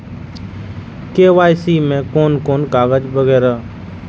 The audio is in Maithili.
के.वाई.सी में कोन कोन कागज वगैरा?